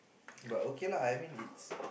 but okay lah I mean it's